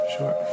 Sure